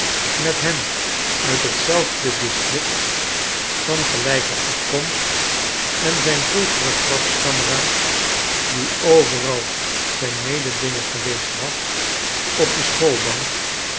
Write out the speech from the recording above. met hem uit hetzelfde district van gelijke afkomst en zijn vroegere corpskameraad die overal zijn mededinger geweest was op de schoolbank